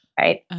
right